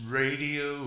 radio